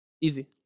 easy